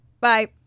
Bye